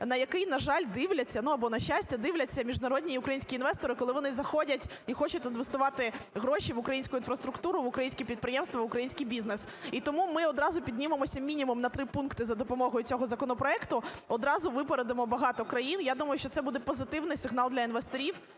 на який, на жаль, дивляться, ну, або на щастя, дивляться міжнародні і українські інвестори, коли вони заходять і хочуть інвестувати гроші в українську інфраструктуру, в українські підприємства, в український бізнес. І тому ми одразу піднімемося мінімум на три пункти за допомогою цього законопроекту, одразу випередимо багато країн. Я думаю, що це буде позитивний сигнал для інвесторів,